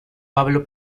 pablo